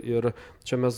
ir čia mes